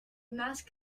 mask